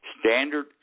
standard